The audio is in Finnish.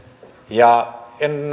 ja